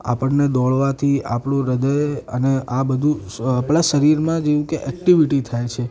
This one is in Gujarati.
આપણે દોડવાથી આપણું હદય અને આ બધુ આપણાં શરીરમાં બધુ જેવી કે એક્ટિવિટી થાય છે